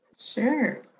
Sure